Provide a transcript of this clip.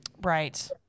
Right